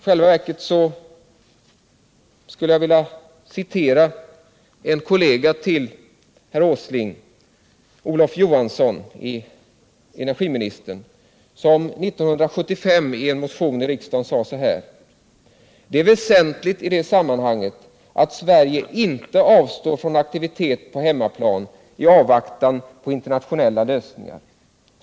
Jag vill citera en kollega till Nils Åsling, energiminister Olof Johansson, som 1975 i en motion i riksdagen sade: ”Det är väsentligt i det sammanhanget att Sverige inte avstår från aktivitet på hemmaplan i avvaktan på internationella lösningar.